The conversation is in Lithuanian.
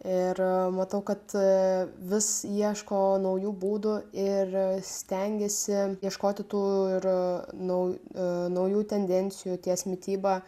ir matau kad vis ieško naujų būdų ir stengiasi ieškoti tų ir nau naujų tendencijų ties mityba